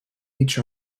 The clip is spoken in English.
each